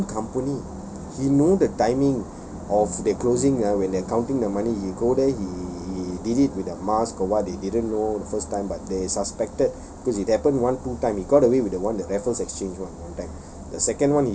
from his own company he know the timing of the closing ah when they are counting the money he go there he did it with a mask or what they didn't know first time but they suspected cause it happened one two time he got away with the one at raffles exchange one one time